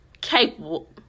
capable